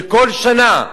בכל שנה,